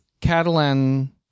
Catalan